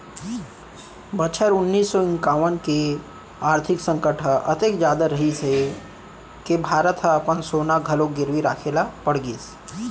बछर उन्नीस सौ इंकावन के आरथिक संकट ह अतेक जादा रहिस हे के भारत ह अपन सोना घलोक गिरवी राखे ल पड़ गिस